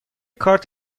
کارت